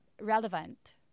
relevant